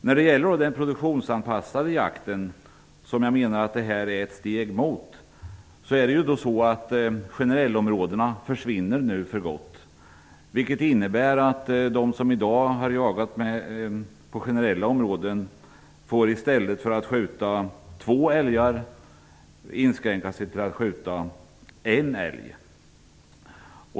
När det gäller den produktionsanpassade jakten, som jag menar att detta är ett steg mot, försvinner generellområdena för gott. Det innebär att de som i dag har jagat på generella områden i stället för att skjuta två älgar nu får inskränka sig till att skjuta en älg.